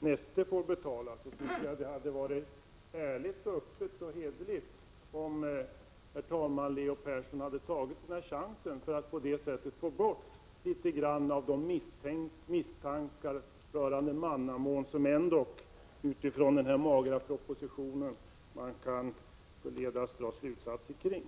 Neste får betala, tycker jag det hade varit ärligt, öppet och hederligt om Leo Persson hade tagit chansen att få bort litet av de misstankar rörande mannamån som man dock utifrån den magra propositionen kan förledas till.